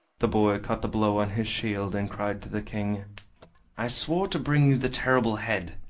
the boy caught the blow on his shield, and cried to the king i swore to bring you the terrible head,